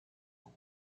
more